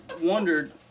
wondered